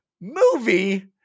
movie